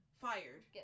fired